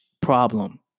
problem